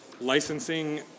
licensing